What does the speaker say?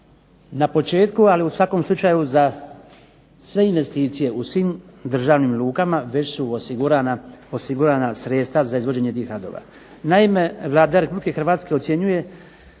na početku, ali u svakom slučaju za sve investicije u svim državnim lukama već su osigurana sredstva za izvođenje tih radova. Naime Vlada Republike Hrvatske ocjenjuje